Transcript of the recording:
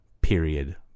period